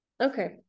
okay